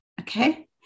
okay